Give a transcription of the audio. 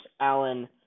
Allen